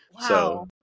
Wow